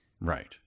Right